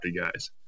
guys